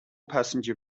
passenger